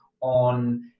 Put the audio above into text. on